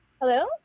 hello